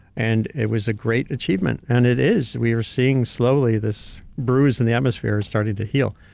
and it was a great achievement. and it is. we are seeing slowly, this bruise in the atmosphere is starting to heal.